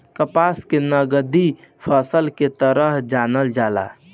कपास के नगदी फसल के तरह जानल जाला